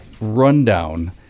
rundown